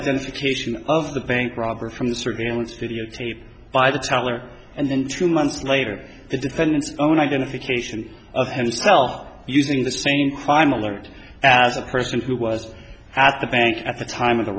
identification of the bank robber from the surveillance videotape by the teller and then two months later the defendant's own identification of himself using the same crime alert as a person who was at the bank at the time